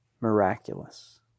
miraculous